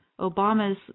Obama's